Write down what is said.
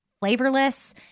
flavorless